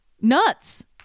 nuts